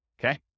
okay